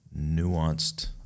nuanced